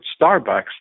Starbucks